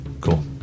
cool